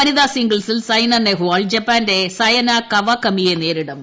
വനിതാ സിംഗിൾസിൽ സൈന നെഹ്വാൾ ജപ്പാന്റെ സയന കവാകമിയെ നേരിടും